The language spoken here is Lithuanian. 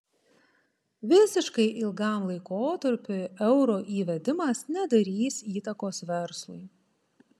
visiškai ilgam laikotarpiui euro įvedimas nedarys įtakos verslui